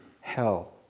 hell